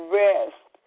rest